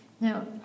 Now